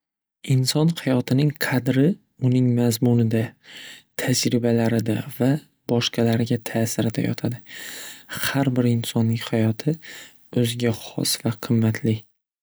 Inson hayotining qadri uning mazmunida, tajribalarida va boshqalarga ta'sirida yotadi. Xar bir insonning hayoti o'ziga hos va qimmatli.